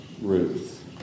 Ruth